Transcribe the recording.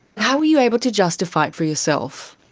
how were you able to justify it for yourself?